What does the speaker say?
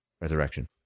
Resurrection